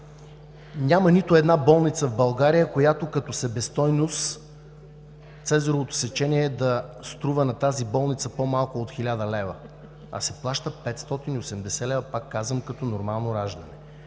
Няма нито една болница в България, в която като себестойност цезаровото сечение да струва на тази болница по-малко от 1000 лв., а се плащат 580 лв., пак казвам, като нормално раждане.